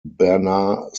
bernard